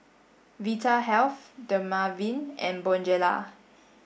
Vitahealth Dermaveen and Bonjela